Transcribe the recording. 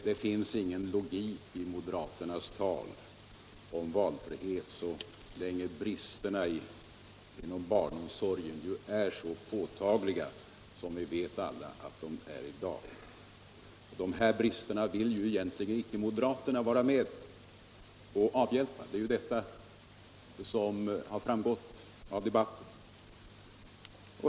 Det finns ingen logik i moderaternas tal om valfrihet, så länge bristerna inom barnomsorgen är så påtagliga som vi alla vet att de är i dag. Dessa brister vill moderaterna inte vara med och avhjälpa. Det har framgått av debatten.